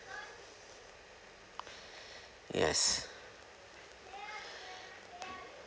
yes